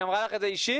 היא אמרה לך את זה אישית?